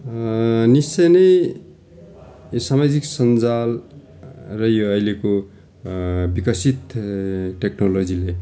निश्चय नै यो सामाजिक सञ्जाल र यो अहिलेको विकसित टेक्नोलजीले